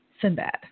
Sinbad